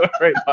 Right